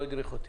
לא הדריך אותי?